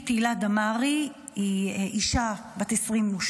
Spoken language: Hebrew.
אמילי תהילה דמארי היא אישה בת 28,